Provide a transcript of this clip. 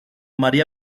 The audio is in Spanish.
maría